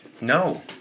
No